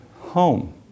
home